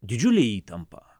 didžiulė įtampa